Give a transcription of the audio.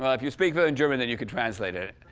ah if you speak fluent german, then you can translate it. ah,